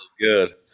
good